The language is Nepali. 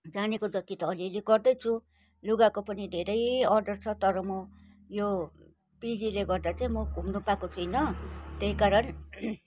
जानेको जति त अलिअलि गर्दैछु लुगाको पनि धेरै अर्डर छ तर म यो पिजीले गर्दा चाहिँ म घुम्न पाएको छुइनँ त्यही कारण